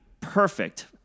perfect